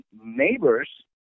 neighbors